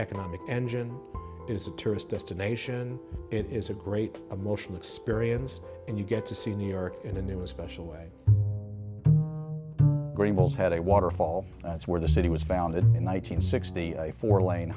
economic engine is a tourist destination it is a great emotional experience and you get to see new york in a new a special way had a waterfall that's where the city was founded in one nine hundred sixty four lane